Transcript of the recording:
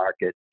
market